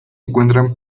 encuentran